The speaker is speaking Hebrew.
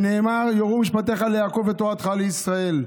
שנאמר: "יורו משפטיך ליעקב ותורתך לישראל".